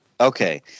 Okay